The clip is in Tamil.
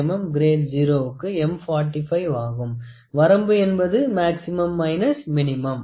89555 mm →Grade 0 வரம்பு என்பது max min